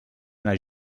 una